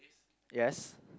yes